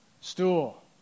stool